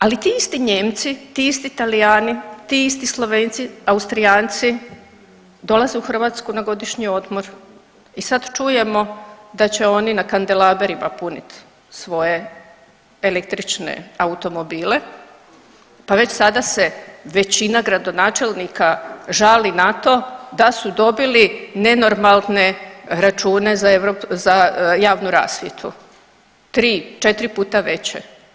Ali ti isti Nijemci, ti isti Talijani, ti isti Slovenci, Austrijanci dolaze u Hrvatsku na godišnji odmor i sad čujemo da će oni na kandelaberima punit svoje električne automobile, pa već sada se većina gradonačelnika žali na to da su dobili nenormalne račune za javnu rasvjetu, tri, četiri puta veće.